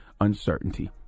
uncertainty